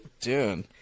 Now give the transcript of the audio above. dude